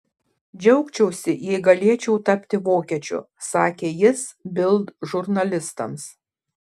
džiaugčiausi jei galėčiau tapti vokiečiu sakė jis bild žurnalistams